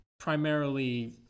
Primarily